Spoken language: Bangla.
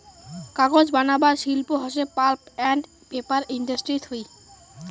কাগজ বানাবার শিল্প হসে পাল্প আন্ড পেপার ইন্ডাস্ট্রি থুই